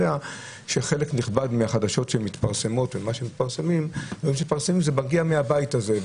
שחלק נכבד מהחדשות שמתפרסמות זה מגיע מהבית הזה,